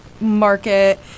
market